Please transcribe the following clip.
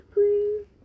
Please